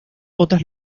otras